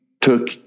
took